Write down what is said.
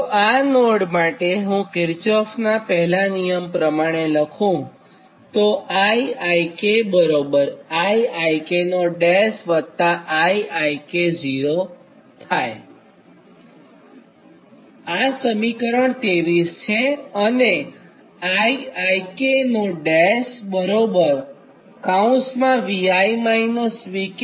જો આ નોડ માટે હું કિર્ચોફનાં પહેલા નિયમ પ્રમાણે લખું તો આ સમીકરણ 23 છે